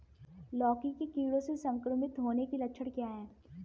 लौकी के कीड़ों से संक्रमित होने के लक्षण क्या हैं?